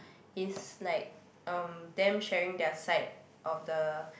is like um them sharing their side of the